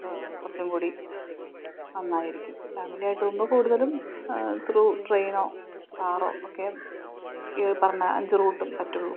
കുറച്ചുംകൂടി നന്നായിരിക്കും ഫാമിലിയായിട്ട് പോകുമ്പോള് കൂടുതലും ത്രൂ ട്രെയിനോ കാറോ ഒക്കെയെ ഈ പറഞ്ഞ അഞ്ച് റൂട്ടും പറ്റുകയുള്ളൂ